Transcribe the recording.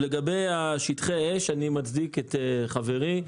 לגבי שטחי אש, אני מצדיק את חברי.